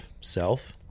self